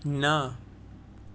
ના